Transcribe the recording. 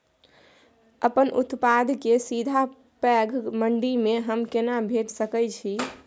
अपन उत्पाद के सीधा पैघ मंडी में हम केना भेज सकै छी?